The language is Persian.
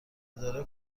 اداره